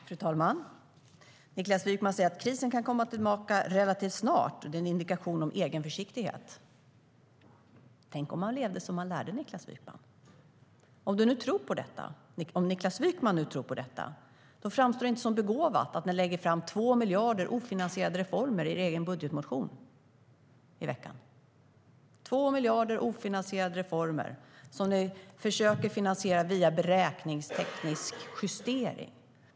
Fru talman! Niklas Wykman säger att krisen kan komma tillbaka relativt snart. Det är en indikation om egen försiktighet. Tänk om man levde som man lärde, Niklas Wykman! Om Niklas Wykman nu tror på detta framstår det inte som begåvat att ni i veckan lägger fram förslag om ofinansierade reformer för 2 miljarder i er egen budgetmotion. Det är 2 miljarder i ofinansierade reformer som ni försöker att finansiera via beräkningsteknisk justering.